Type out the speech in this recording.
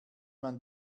man